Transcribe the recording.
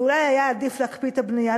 ואולי היה עדיף להקפיא את הבנייה.